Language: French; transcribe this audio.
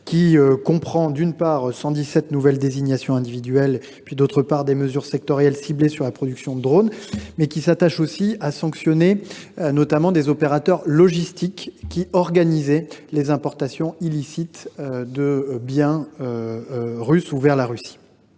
ci comprend 117 nouvelles désignations individuelles, ainsi que des mesures sectorielles ciblées sur la production de drones, mais il s’attache aussi à sanctionner les opérateurs logistiques qui organisent les importations illicites de biens vers la Russie.